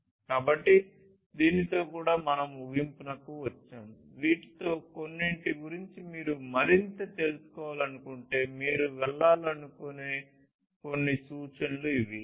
కాబట్టి దీనితో కూడా మనం ముగింపుకు వచ్చాము వీటిలో కొన్నింటి గురించి మీరు మరింత తెలుసుకోవాలనుకుంటే మీరు వెళ్లాలనుకునే కొన్ని సూచనలు ఇవి